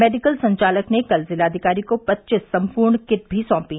medical संचालक ने कल जिलाधिकारी को पच्चीस सम्पूर्ण किट भी सौंपी